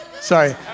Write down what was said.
Sorry